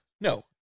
No